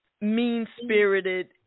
mean-spirited